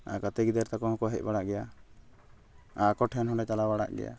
ᱟᱨ ᱜᱟᱛᱮ ᱜᱤᱫᱟᱹᱨ ᱛᱟᱠᱚ ᱦᱚᱸᱠᱚ ᱦᱮᱡ ᱵᱟᱲᱟᱜ ᱜᱮᱭᱟ ᱟᱠᱚᱴᱷᱮᱱ ᱦᱚᱸᱞᱮ ᱪᱟᱞᱟᱣ ᱵᱟᱲᱟᱜ ᱜᱮᱭᱟ